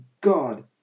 God